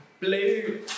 Blue